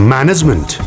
Management